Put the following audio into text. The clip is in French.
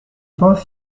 pas